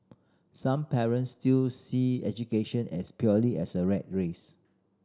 some parents still see education as purely as a rat race